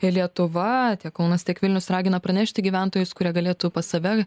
lietuva tiek kaunas tiek vilnius ragina pranešti gyventojus kurie galėtų pas save